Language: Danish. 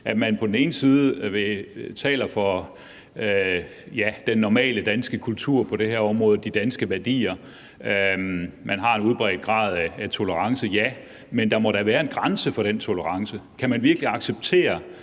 signalforvirring. Man taler for den normale danske kultur på det her område og de danske værdier, man har en udbredt grad af tolerance. Ja, men der må da være en grænse for den tolerance. Kan man virkelig acceptere,